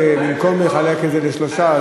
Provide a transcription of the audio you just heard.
במקום לחלק את זה לשלושה,